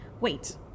Wait